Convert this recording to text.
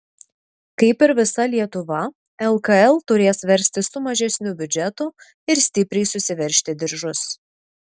kaip ir visa lietuva lkl turės verstis su mažesniu biudžetu ir stipriai susiveržti diržus